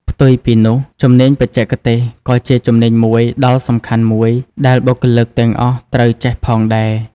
ផ្ទុយពីនោះ ជំនាញបច្ចេកទេសក៏ជាជំនាញមួយដល់សំខាន់មួយដែលបុគ្គលិកទាំងអស់ត្រូវចេះផងដែរ។